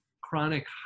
chronic